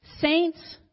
Saints